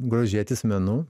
grožėtis menu